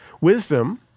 Wisdom